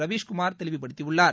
ரவீஷ்குமாா் தெளிவுபடுத்தியுள்ளார்